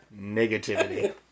negativity